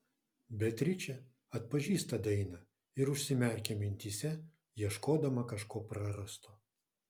beatričė atpažįsta dainą ir užsimerkia mintyse ieškodama kažko prarasto